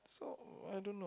so I don't know